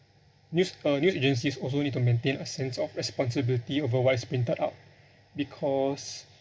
news uh news agencies also need to maintain a sense of responsibility over what is printed out because